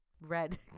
red